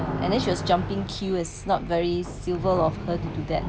and then she was jumping queues as not very civil of her to do that